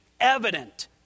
evident